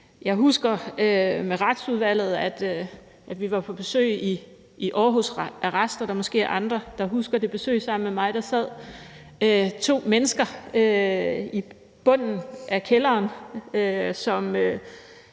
Jeg husker, at vi i Retsudvalget var på besøg i Aarhus Arrest. Der er måske andre, der husker det besøg sammen med mig. Der sad to mennesker i kælderen, som